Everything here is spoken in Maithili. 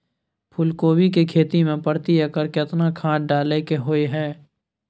फूलकोबी की खेती मे प्रति एकर केतना खाद डालय के होय हय?